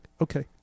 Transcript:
okay